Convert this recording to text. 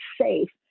safe